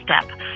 step